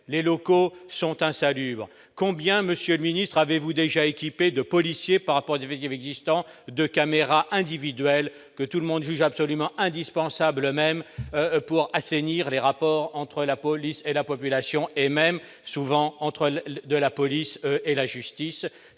les locaux sont insalubres, combien Monsieur ministre, avez-vous déjà équipés de policiers par rapport d'éveiller l'existant de caméras individuelles que tout le monde juge absolument indispensable même pour assainir les rapports entre la police et la population, et même souvent entre le la de la police et la justice,